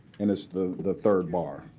and it's the the third bar.